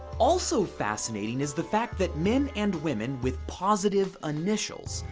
also fascinating is the fact that men and women with positive initials,